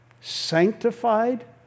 sanctified